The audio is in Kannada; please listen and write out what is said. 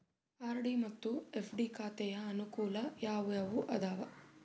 ಆರ್.ಡಿ ಮತ್ತು ಎಫ್.ಡಿ ಖಾತೆಯ ಅನುಕೂಲ ಯಾವುವು ಅದಾವ?